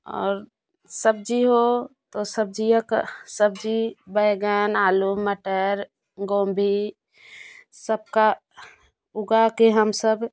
और सब्जी हो तो सब्जियों का सब्जी बैगन आलू मटर गोभी सबका उगा के हम सब